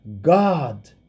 God